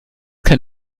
kein